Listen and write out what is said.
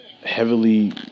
heavily